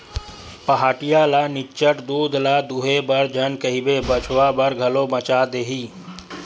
पहाटिया ल निच्चट दूद ल दूहे बर झन कहिबे बछवा बर घलो बचा देही